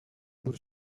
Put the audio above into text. бүр